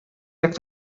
jak